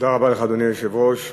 אדוני היושב-ראש,